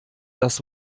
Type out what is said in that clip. das